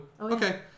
Okay